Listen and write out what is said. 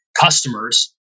customers